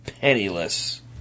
penniless